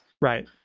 Right